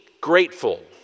grateful